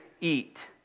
eat